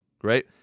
Great